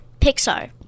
Pixar